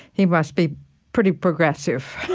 he must be pretty progressive,